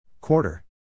Quarter